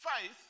faith